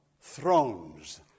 thrones